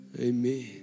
Amen